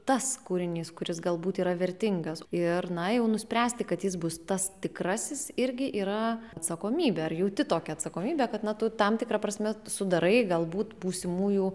tas kūrinys kuris galbūt yra vertingas ir na jau nuspręsti kad jis bus tas tikrasis irgi yra atsakomybė ar jauti tokią atsakomybę kad na tu tam tikra prasme sudarai galbūt būsimųjų